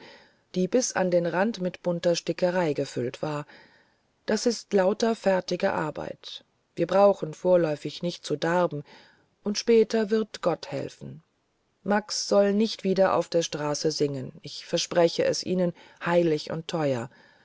die bis an den rand mit bunter stickerei gefüllt war das ist lauter fertige arbeit wir brauchen vorläufig nicht zu darben und später wird gott helfen max soll nicht wieder auf der straße singen ich verspreche es ihnen heilig und teuer